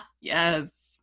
yes